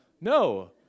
No